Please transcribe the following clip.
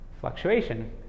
fluctuation